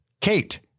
Kate